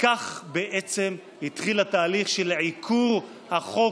וכך בעצם התחיל התהליך של עיקור החוק,